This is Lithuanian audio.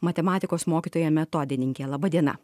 matematikos mokytoja metodininkė laba diena